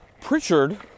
Pritchard